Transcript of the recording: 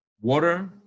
Water